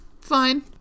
Fine